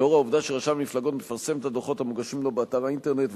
לאור העובדה שרשם המפלגות מפרסם את הדוחות המוגשים לו באתר האינטרנט,